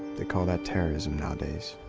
they call that terrorism now days